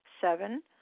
Seven